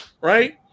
right